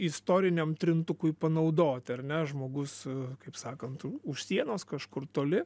istoriniam trintukui panaudoti ar ne žmogus kaip sakant už sienos kažkur toli